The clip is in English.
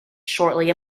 shortly